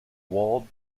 walled